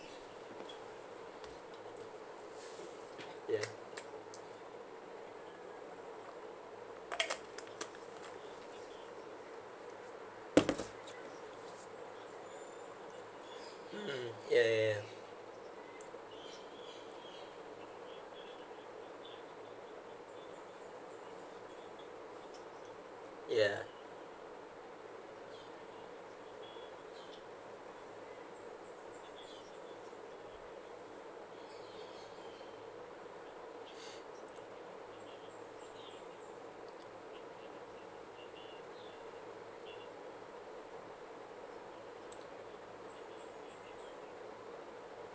yeah mm ya ya yeah yeah